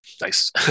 Nice